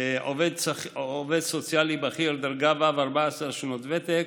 עובד סוציאלי בכיר, דרגה ו', 14 שנות ותק,